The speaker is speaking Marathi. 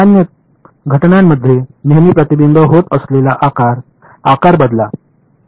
सामान्य घटनांमध्ये नेहमी प्रतिबिंबित होत असलेला आकार आकार बदला